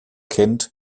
kent